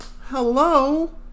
Hello